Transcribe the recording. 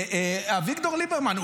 אביגדור ליברמן,